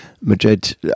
Madrid